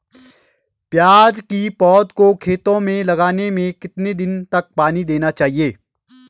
प्याज़ की पौध को खेतों में लगाने में कितने दिन तक पानी देना चाहिए?